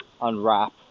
unwrap